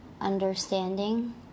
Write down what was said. understanding